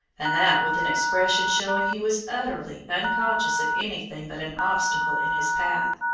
and that with an expression showing he was utterly unconscious of anything but an obstacle in his path.